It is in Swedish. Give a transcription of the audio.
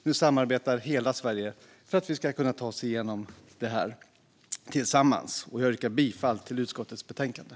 Nu samarbetar hela Sverige för att vi ska kunna ta oss igenom det här tillsammans. Jag yrkar bifall till utskottets förslag i betänkandet.